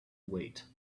wait